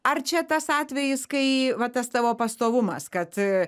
ar čia tas atvejis kai va tas tavo pastovumas kad